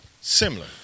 Similar